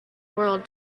world